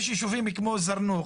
יש יישובים כמו זרנוק,